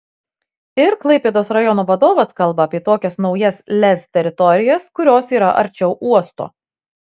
ir klaipėdos rajono vadovas kalba apie tokias naujas lez teritorijas kurios yra arčiau uosto